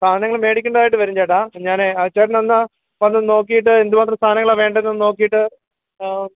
സാധനങ്ങൾ മേടിക്കേണ്ടതായിട്ട് വരും ചേട്ടാ ഞാൻ ചേട്ടനെന്നാൽ വന്നു നോക്കിയിട്ട് എന്തുമാത്രം സാധനങ്ങളാണ് വേണ്ടതെന്ന് ഒന്ന് നോക്കിയിട്ട്